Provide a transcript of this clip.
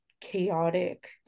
chaotic